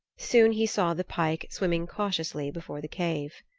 soon he saw the pike swimming cautiously before the cave.